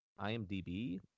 IMDB